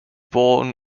born